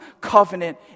covenant